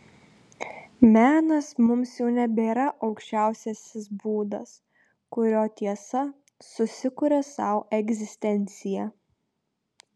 menas mums jau nebėra aukščiausiasis būdas kuriuo tiesa susikuria sau egzistenciją